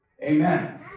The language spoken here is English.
Amen